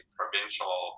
provincial